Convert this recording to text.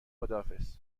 خداحافظ